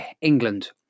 England